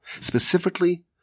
Specifically